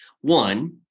One